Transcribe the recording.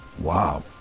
Wow